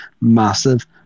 massive